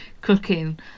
cooking